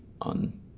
on